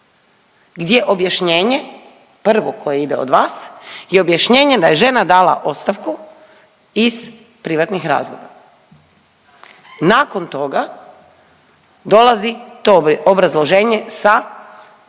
gdje objašnjenje prvo koje ide od vas je objašnjenje da je žena dala ostavku iz privatnih razloga. Nakon toga dolazi to obrazloženje sa nesrećom,